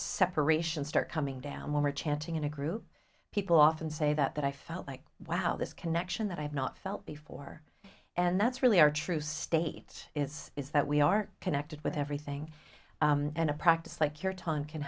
separation start coming down when we're chanting in a group people often say that i felt like wow this connection that i've not felt before and that's really our true state is is that we are connected with everything and a practice like your time can